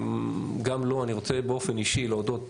גם לו אני רוצה באופן אישי להודות,